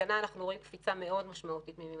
השנה אנחנו רואים קפיצה משמעותית מאוד.